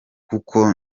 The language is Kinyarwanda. kuko